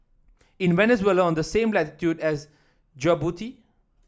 is Venezuela on the same latitude as Djibouti